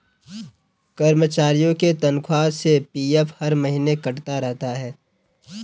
कर्मचारियों के तनख्वाह से पी.एफ हर महीने कटता रहता है